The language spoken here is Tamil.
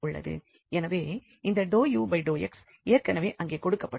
எனவே இந்த ∂u∂x ஏற்கனவே அங்கே கொடுக்கப்பட்டுள்ளது